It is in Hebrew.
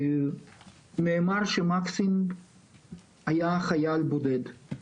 נאמר שמקסים היה חייל בודד.